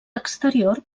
exterior